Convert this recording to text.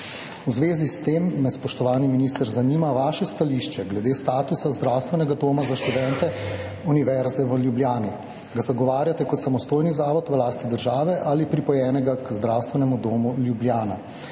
V zvezi s tem me, spoštovani minister, zanima: Kakšno je vaše stališče glede statusa zdravstvenega doma za študente Univerze v Ljubljani? Ga zagovarjate kot samostojni zavod v lasti države ali pripojenega k Zdravstvenemu domu Ljubljana?